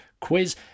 quiz